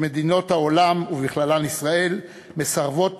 שמדינות העולם ובכללן ישראל מסרבות